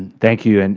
and thank you. and